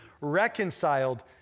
reconciled